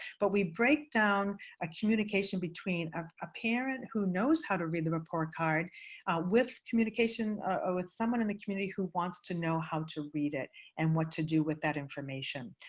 but we break down a communication between a parent who knows how to read the report card with communication ah with someone in the community who wants to know how to read it and what to do with that information.